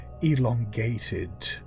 elongated